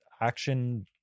action